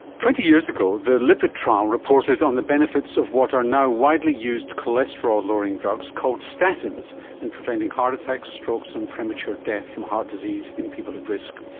twenty years ago the lipid trial reported on the benefits of what are now widely used cholesterol-lowering drugs called statins in preventing heart attacks, strokes and premature death from heart disease in people at risk.